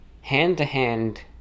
hand-to-hand